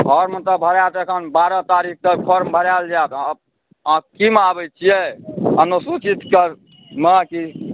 form तऽ एखन भराएत बारह तारीख तक फॉर्म भराएल जाएत अहाँ कीमे आबै छिए अनुसूचितमे की